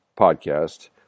podcast